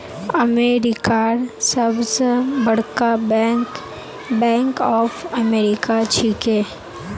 अमेरिकार सबस बरका बैंक बैंक ऑफ अमेरिका छिके